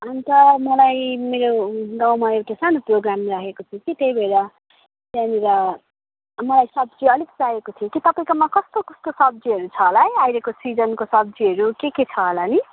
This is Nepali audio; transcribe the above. अन्त मलाई मेरो गाउँमा एउटा सानो प्रोग्राम राखेको छु कि त्यही भएर त्यहाँनेर मलाई सब्जी अलिकति चाहिएको थियो कि तपाईँकोमा कस्तो कस्तो सब्जीहरू छ होला है अहिलेको सिजनको सब्जीहरू के के छ होला नि